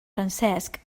francesc